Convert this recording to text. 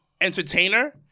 entertainer